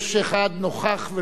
רבותי חברי הכנסת,